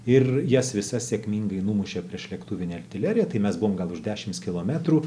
ir jas visas sėkmingai numušė priešlėktuvinė artilerija tai mes buvom gal už dšims kilometrų